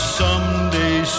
someday